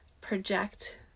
project